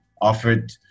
offered